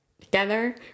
together